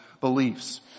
beliefs